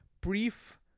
brief